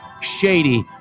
shady